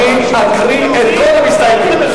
אני אקרא את כל המסתייגים.